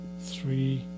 three